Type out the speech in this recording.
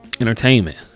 entertainment